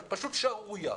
פשוט שערורייה.